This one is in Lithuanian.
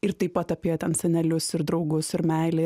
ir taip pat apie ten senelius ir draugus ir meilė